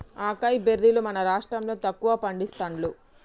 acai బెర్రీలు మన రాష్టం లో తక్కువ పండిస్తాండ్లు